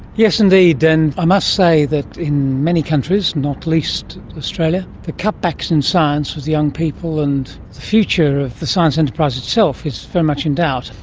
yes indeed, and i must say that in many countries, not least australia, the cutbacks in science with young people and the future of the science enterprise itself is so much in doubt.